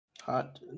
Hot